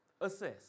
Assess